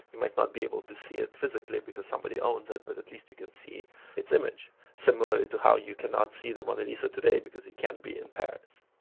you might not be able to see it physically because somebody owns it but at least you can see its image similar to how you cannot see the mona lisa today because you can't be ni and paris.